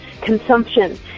consumption